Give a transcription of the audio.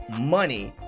money